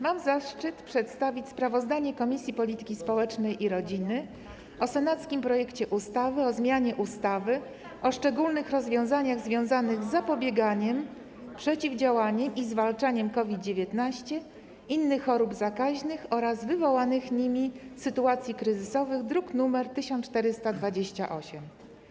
Mam zaszczyt przedstawić sprawozdanie Komisji Polityki Społecznej i Rodziny o senackim projekcie ustawy o zmianie ustawy o szczególnych rozwiązaniach związanych z zapobieganiem, przeciwdziałaniem i zwalczaniem COVID-19, innych chorób zakaźnych oraz wywołanych nimi sytuacji kryzysowych, druk nr 1428.